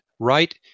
right